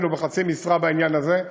אפילו בחצי משרה בעניין הזה.